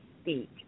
speak